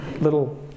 little